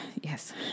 Yes